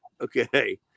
okay